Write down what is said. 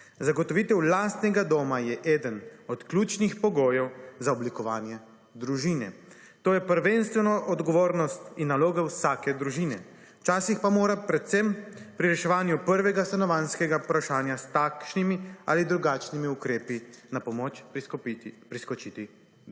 Zagotovitev lastnega doma je eden od ključnih pogojev za oblikovanje družine. To je prvenstveno odgovornost in naloga vsake družine, včasih pa mora predvsem pri reševanju prvega stanovanjskega vprašanja s taksnimi ali drugačnimi ukrepi na pomoč priskočiti država.